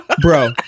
bro